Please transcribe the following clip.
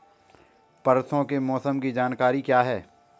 परसों के मौसम की जानकारी क्या है?